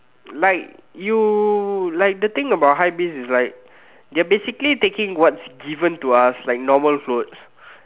like you like the thing about hypebeast is like they're basically taking what's given to us like normal clothes